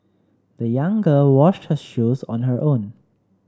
the young girl washed her shoes on her own